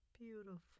Beautiful